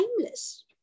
timeless